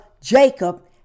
Jacob